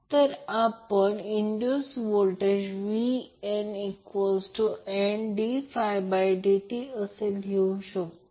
तर आपण induce voltage vNddt लिहू शकतो